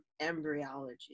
embryology